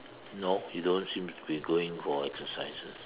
no you don't seem to be going for exercises